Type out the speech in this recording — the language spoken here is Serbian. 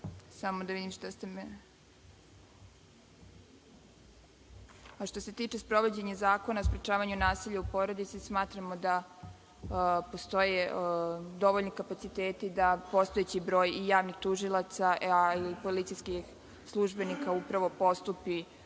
u narednom periodu. Što se tiče sprovođenja Zakona o sprečavanju nasilja u porodici, smatramo da postoje dovoljni kapaciteti da postojeći broj javnih tužilaca ili policijskih službenika upravo postupi